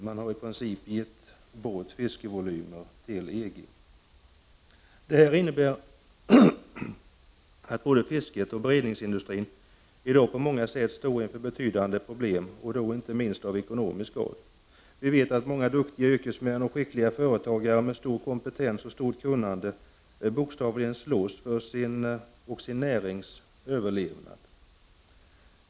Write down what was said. Man har i princip gett bort fiskevolym till EG. Det innebär att både fisket och beredningsindustrin i dag på många sätt står inför betydande problem, inte minst av ekonomisk art. Duktiga yrkesmän, skickliga företagare med stor kompetens och stort kunnande slåss bokstavligen för sin och sin närings överlevnad.